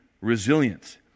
resilience